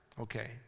okay